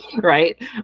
right